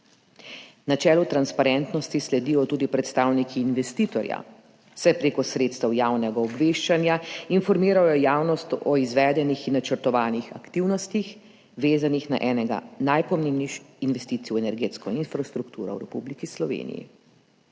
Načelu transparentnosti sledijo tudi predstavniki investitorja, saj prek sredstev javnega obveščanja informirajo javnost o izvedenih in načrtovanih aktivnostih, vezanih na enega najpomembnejših investicij v energetsko infrastrukturo v Republiki Sloveniji.